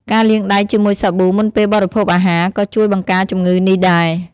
ការលាងដៃជាមួយសាប៊ូមុនពេលបរិភោគអាហារ ក៏ជួយបង្ការជំងឺនេះដែរ។